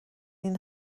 این